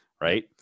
Right